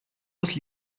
aus